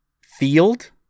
field